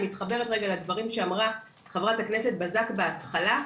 אני מתחברת רגע לדברים שאמרה חברת הכנסת בזק בהתחלה.